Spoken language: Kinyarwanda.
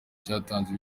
cyatanze